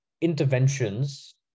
interventions